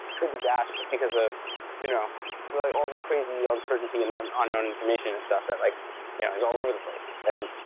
could be dashed just because of you know like all the crazy uncertainty and an unknown information and stuff that like yeah is all over the place and